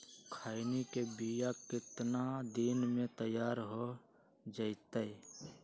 खैनी के बिया कितना दिन मे तैयार हो जताइए?